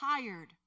tired